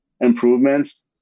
improvements